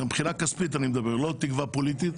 מבחינה כספית, לא פוליטית